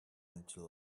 into